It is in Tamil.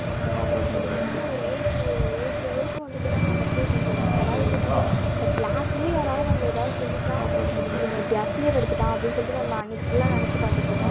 நம்ப ஒரு சின்ன ஒரு ஏஜ் ஒரு ஏஜ் லெவலுக்கு வந்துவிட்டோனா நமக்கே கொஞ்சம் யாராவது திட்டிவிட்டா இப்போ க்ளாஸ்ல யாராவது நம்பளை ஏதாவது சொல்லிவிட்டா இவங்க இப்படி அசிங்கப்படுத்திவிட்டான் அப்படின் சொல்லிட்டு நம்ப அன்னக்கு ஃபுல்லாக நினச்சி பார்த்துட்ருப்போம்